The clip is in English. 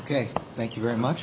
ok thank you very much